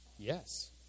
Yes